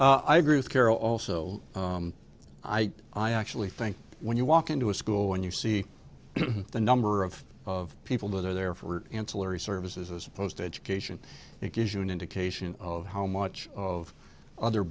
palpable i agree with carol also i i actually think when you walk into a school when you see the number of of people that are there for ancillary services as opposed to education it gives you an indication of how much of other